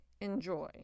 enjoy